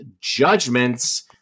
judgments